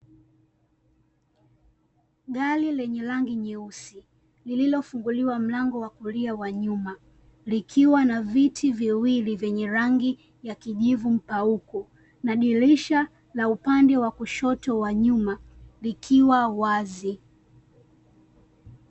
Gari lenye rangi nyeusi lililofunguliwa mlango wa kulia wa nyuma, likiwa na viti viwili vyenye rangi ya kijivu mpauko na dirisha la upande wa kushoto wa nyuma likiwa wazi.